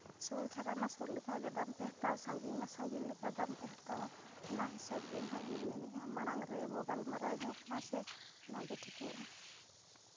ᱥᱩᱨ ᱫᱷᱟᱨᱟ ᱢᱟ ᱥᱩᱨ ᱞᱮᱠᱟᱜᱮ ᱫᱟᱢ ᱯᱮ ᱦᱟᱛᱟᱣ ᱥᱟᱺᱜᱤᱧ ᱢᱟ ᱥᱟᱺᱜᱤᱧ ᱞᱮᱠᱟ ᱫᱟᱢ ᱯᱮ ᱦᱟᱛᱟᱣᱟ ᱚᱱᱟ ᱦᱤᱥᱟᱹᱵᱽ ᱜᱮ ᱱᱟᱜ ᱤᱧ ᱢᱮᱱᱮᱜᱼᱟ ᱢᱟᱲᱟᱝ ᱨᱮ ᱵᱚ ᱜᱟᱞᱢᱟᱨᱟᱣ ᱧᱚᱜ ᱠᱟᱜᱼᱟ ᱥᱮ ᱚᱱᱟᱜᱮ ᱴᱷᱤᱠᱚᱜᱼᱟ